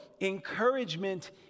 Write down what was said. encouragement